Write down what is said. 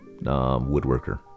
woodworker